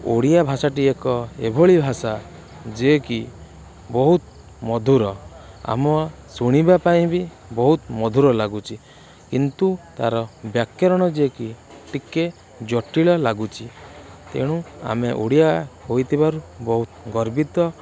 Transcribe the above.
ଓଡ଼ିଆ ଭାଷାଟି ଏକ ଏଭଳି ଭାଷା ଯିଏ କି ବହୁତ ମଧୁର ଆମ ଶୁଣିବା ପାଇଁ ବି ବହୁତ ମଧୁର ଲାଗୁଛି କିନ୍ତୁ ତାର ବ୍ୟାକରଣ ଯେ କି ଟିକେ ଜଟିଳ ଲାଗୁଛି ତେଣୁ ଆମେ ଓଡ଼ିଆ ହୋଇଥିବାରୁ ବହୁତ ଗର୍ବିତ